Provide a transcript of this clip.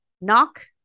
knock